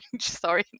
Sorry